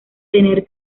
tener